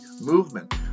movement